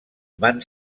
van